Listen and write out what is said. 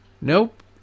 nope